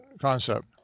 concept